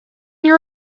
your